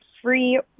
free